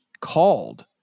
called